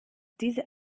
diese